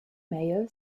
mayor